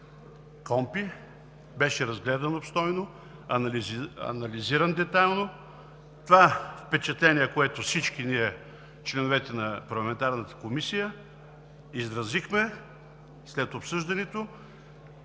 КОНПИ, беше разгледан обстойно, анализиран детайлно. Това впечатление, което всички ние – членовете на парламентарната Комисия, изразихме след обсъждането,